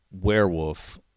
werewolf